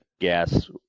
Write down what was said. gas